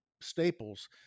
staples